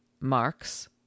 Marks